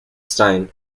stein